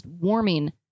warming